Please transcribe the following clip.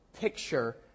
picture